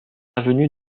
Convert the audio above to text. avenue